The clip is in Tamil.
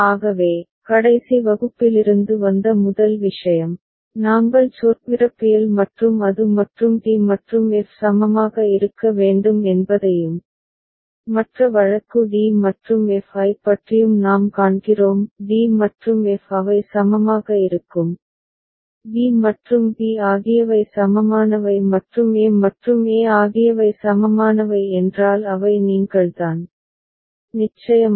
ஆகவே கடைசி வகுப்பிலிருந்து வந்த முதல் விஷயம் நாங்கள் சொற்பிறப்பியல் மற்றும் அது மற்றும் டி மற்றும் எஃப் சமமாக இருக்க வேண்டும் என்பதையும் மற்ற வழக்கு d மற்றும் f ஐப் பற்றியும் நாம் காண்கிறோம் d மற்றும் f அவை சமமாக இருக்கும் b மற்றும் b ஆகியவை சமமானவை மற்றும் a மற்றும் a ஆகியவை சமமானவை என்றால் அவை நீங்கள்தான் நிச்சயமாக